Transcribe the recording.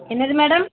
என்னது மேடம்